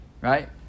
right